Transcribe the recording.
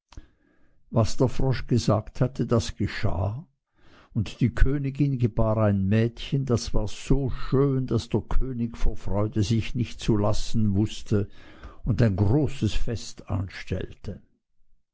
was der frosch gesagt hatte das geschah und die königin gebar ein mädchen das war so schön daß der könig vor freude sich nicht zu lassen wußte und ein großes fest anstellte